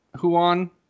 Huan